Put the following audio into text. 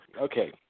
Okay